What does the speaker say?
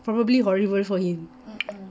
probably horrible for him